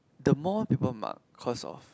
the more people might cause of